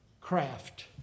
craft